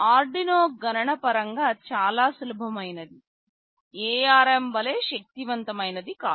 Arduino గణనపరంగా చాలా సులభం అయినది ARM వలె శక్తివంతమైనది కాదు